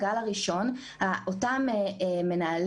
שבדיוק באה לטפל בתופעה הזאת של פתיחת מוסדות בניגוד